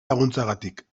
laguntzagatik